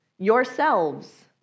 yourselves